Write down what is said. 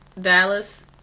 dallas